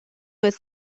was